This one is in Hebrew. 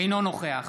אינו נוכח